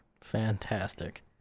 Fantastic